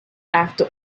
after